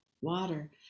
water